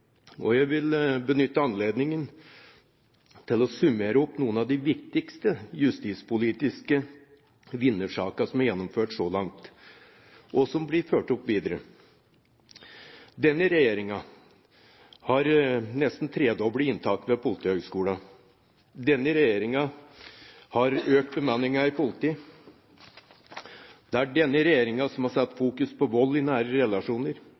og jeg vil benytte anledningen til å summere opp noen av de viktigste justispolitiske vinnersakene som er gjennomført så langt, og som blir fulgt opp videre: Det er denne regjeringen som nesten har tredoblet inntaket ved Politihøgskolen. Det er denne regjeringen som har økt bemanningen i politiet. Det er denne regjeringen som har satt fokus på vold i nære relasjoner.